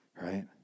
right